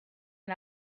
and